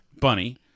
bunny